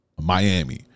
Miami